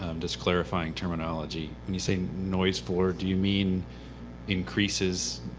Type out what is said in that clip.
um just clarifying terminology. when you say noise floor, do you mean increases,